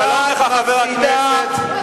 חבר הכנסת טלב